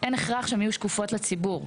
אין הכרח שהן יהיו שקופות לציבור.